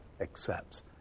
accepts